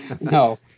No